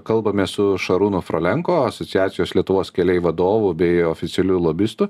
kalbamės su šarūnu frolenko asociacijos lietuvos keliai vadovu bei oficialiu lobistu